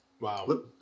Wow